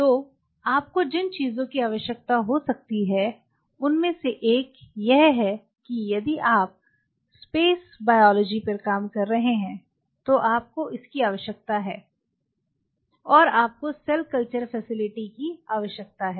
तो आपको जिन चीजों की आवश्यकता हो सकती है उनमें से एक यह है कि यदि आप स्पेस बायोलॉजी पर काम कर रहे हैं तो आपको इसकी आवश्यकता है और आपको सेल कल्चर फैसिलिटी की आवश्यकता है